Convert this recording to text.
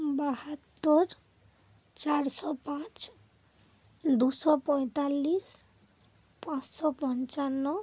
বাহাত্তর চারশো পাঁচ দুশো পঁয়তাল্লিশ পাঁচশো পঞ্চান্ন